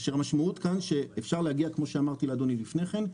אשר המשמעות כאן שאפשר להגיע כמו שאמרתי לאדוני לפני כן,